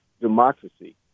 democracy